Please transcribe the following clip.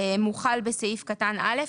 מוחל בסעיף קטן (א).